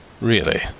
Really